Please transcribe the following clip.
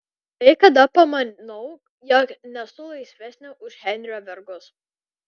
kai kada pamanau jog nesu laisvesnė už henrio vergus